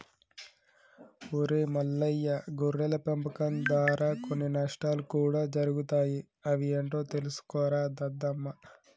ఒరై మల్లయ్య గొర్రెల పెంపకం దారా కొన్ని నష్టాలు కూడా జరుగుతాయి అవి ఏంటో తెలుసుకోరా దద్దమ్మ